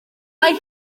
mae